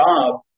job